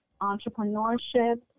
Entrepreneurship